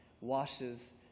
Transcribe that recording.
washes